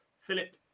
Philip